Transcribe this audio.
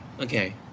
okay